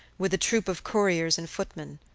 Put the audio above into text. with a troop of couriers and footmen.